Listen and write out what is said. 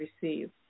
receive